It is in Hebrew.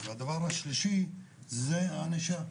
דבר נוסף זה ענישה.